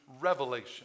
revelation